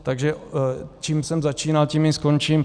Takže čím jsem začínal, tím i skončím.